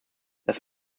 das